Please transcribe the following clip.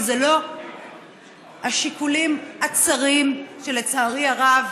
כי זה לא מהשיקולים הצרים שלצערי הרב